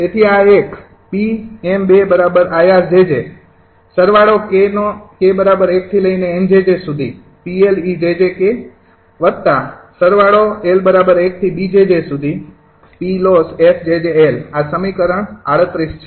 તેથી આ એક આ સમીકરણ ૩૮ છે